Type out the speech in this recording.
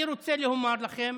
אני רוצה לומר לכם